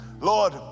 Lord